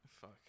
fuck